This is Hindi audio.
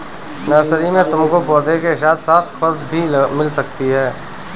नर्सरी में तुमको पौधों के साथ साथ खाद भी मिल सकती है